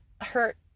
hurt